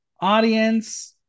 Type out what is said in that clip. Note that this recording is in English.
Audience